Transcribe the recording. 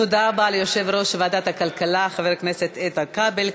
תודה ליושב-ראש ועדת הכלכלה, חבר הכנסת איתן כבל.